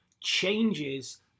changes